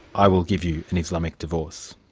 i will give you an islamic divorce'?